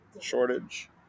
shortage